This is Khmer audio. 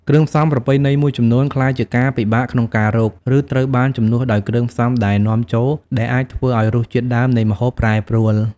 គ្រឿងផ្សំប្រពៃណីមួយចំនួន ក្លាយជាការពិបាកក្នុងការរក ឬត្រូវបានជំនួសដោយគ្រឿងផ្សំដែលនាំចូល ដែលអាចធ្វើឱ្យរសជាតិដើមនៃម្ហូបប្រែប្រួល។